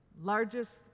largest